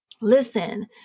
Listen